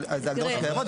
אבל אלה הגדרות שקיימות,